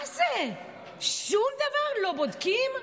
מה זה, שום דבר לא בודקים?